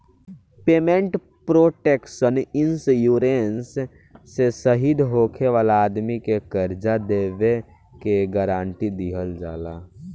payment protection insurance से शहीद होखे वाला आदमी के कर्जा देबे के गारंटी दीहल जाला